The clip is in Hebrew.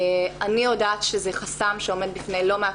אני יודעת שזה חסם שעומד בפני לא מעט